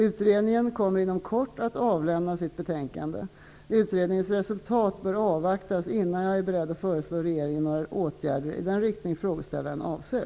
Utredningen kommer inom kort att avlämna sitt betänkande. Utredningens resultat bör avvaktas innan jag är beredd att föreslå regeringen några åtgärder i den riktning frågeställaren avser.